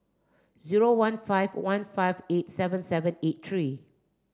zero one five one five eight seven seven eight three